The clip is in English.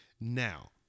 now